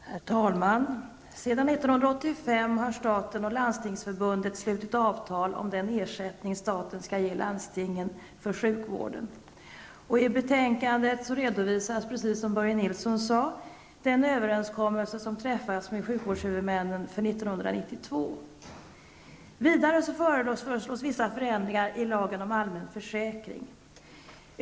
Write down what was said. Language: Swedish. Herr talman! Sedan 1985 har staten och Landstingsförbundet slutit avtal om den ersättning staten skall ge landstingen för sjukvården. I betänkandet redovisas, precis som Börje Nilsson sade, den överenskommelse som träffats med sjukvårdshuvudmännen för 1992. Vidare föreslås vissa ändringar i lagen om allmän försäkring.